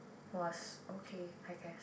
was okay I guess